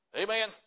Amen